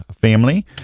family